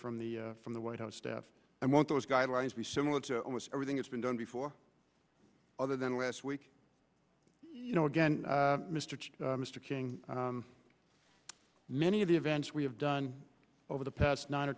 from the from the white house staff and won't those guidelines be similar to everything that's been done before other than last week you know again mr mr king many of the events we have done over the past nine or